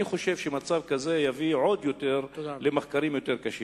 אני חושב שמצב כזה יביא למחקרים קשים עוד יותר.